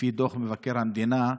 לפי דוח מבקר המדינה,